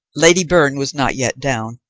lady byrne was not yet down,